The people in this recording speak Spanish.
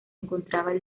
encontraban